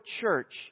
church